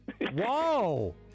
Whoa